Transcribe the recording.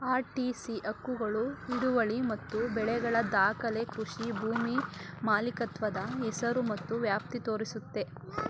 RTC ಹಕ್ಕುಗಳು ಹಿಡುವಳಿ ಮತ್ತು ಬೆಳೆಗಳ ದಾಖಲೆ ಕೃಷಿ ಭೂಮಿ ಮಾಲೀಕತ್ವದ ಹೆಸರು ಮತ್ತು ವ್ಯಾಪ್ತಿ ತೋರಿಸುತ್ತೆ